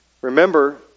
Remember